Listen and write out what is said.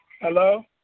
hello